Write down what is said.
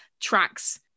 tracks